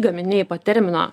gaminiai po termino